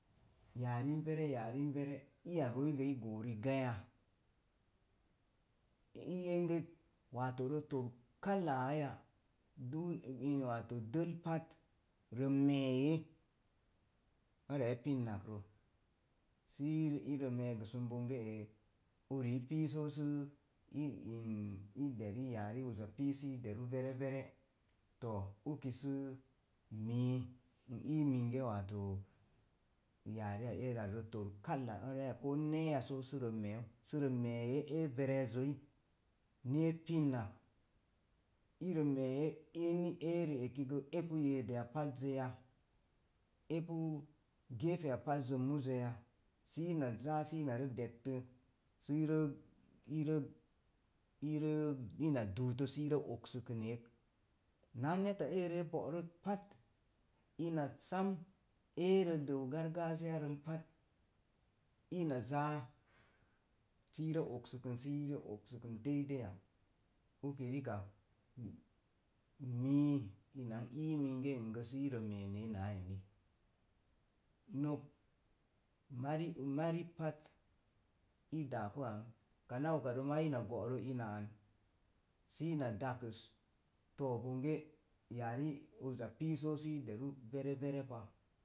Yarin vere yarin vere iya rooi gə i goo rigaya? E ii enge wato rə tor kalāā ya dup wato dəii pat rə me̱e̱ ora e pinnak sə irə meegasin bonge e̱ uri pi sosu i in sə yane uza pi vere vere to̱o̱ ulki sə mi n ii mige wato yare ya eerə az rə tor kala oraya ko neeya so sərə me̱e̱u sə rə me̱e̱ ee verezoi ni e punak irə mee ene ri eki sə epa yeediya pazzəya? Epu geeteya pazzə muzoya sə ina zaa sə inna rə dəttə irə irə irə ina duuto sə irə oksikineek naa eta eerə e bo'rot pat ina sam eerə dou gargajiya dən ina zāā sə irə oksikən sə irə oksəkən, dei deiyan uki ri kak mii ina n ii muge nn sə irə me̱e̱nan āā eni no̱k mari mari pat i daapu ang kana ukarə ma ina go'ro ina an sə ina dakəs to̱o̱ bonge yaari uza pii sosu sə i deru vere vere pa.